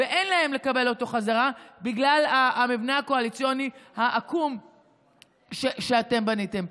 ואין להם איך לקבל אותו חזרה בגלל המבנה הקואליציוני העקום שאתם בניתם.